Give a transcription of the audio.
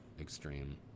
extreme